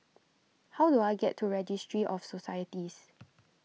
how do I get to Registry of Societies